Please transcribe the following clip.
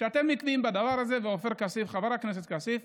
אתם נתלים בדבר הזה, וחבר הכנסת עופר כסיף,